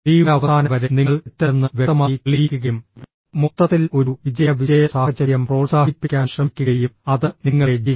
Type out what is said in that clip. ഡിയുടെ അവസാനം വരെ നിങ്ങൾ തെറ്റല്ലെന്ന് വ്യക്തമായി തെളിയിക്കുകയും മൊത്തത്തിൽ ഒരു വിജയ വിജയ സാഹചര്യം പ്രോത്സാഹിപ്പിക്കാൻ ശ്രമിക്കുകയും അത് നിങ്ങളെ ജി